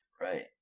Right